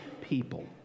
people